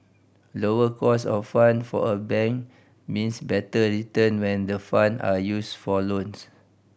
lower cost of fund for a bank means better return when the fund are used for loan